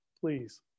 please